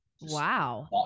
Wow